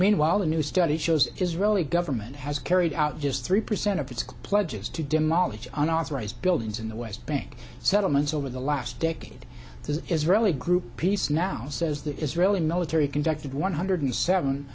meanwhile a new study shows israeli government has carried out just three percent of its pledges to demolish unauthorized buildings in the west bank settlements over the last decade the israeli group peace now says that israeli military conducted one hundred seven